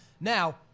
Now